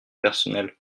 personnel